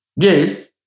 Yes